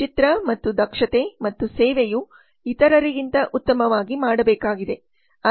ಆದ್ದರಿಂದ ಚಿತ್ರ ಮತ್ತು ದಕ್ಷತೆ ಮತ್ತು ಸೇವೆಯು ಇತರರಿಗಿಂತ ಉತ್ತಮವಾಗಿ ಮಾಡಬೇಕಾಗಿದೆ